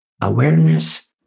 awareness